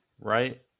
Right